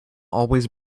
always